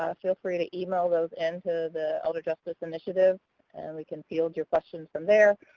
ah feel free to email those in to the elder justice initiative and we can field your questions from there,